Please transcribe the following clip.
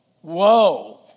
Whoa